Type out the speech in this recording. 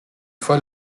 fois